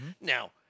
Now